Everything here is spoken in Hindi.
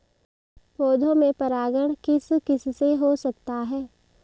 पौधों में परागण किस किससे हो सकता है?